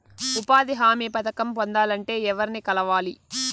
ఉపాధి హామీ పథకం పొందాలంటే ఎవర్ని కలవాలి?